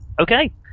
Okay